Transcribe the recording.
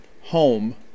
home